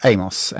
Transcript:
Amos